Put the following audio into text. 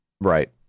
right